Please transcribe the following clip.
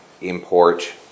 import